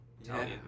Italian